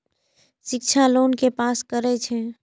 शिक्षा लोन के पास करें छै?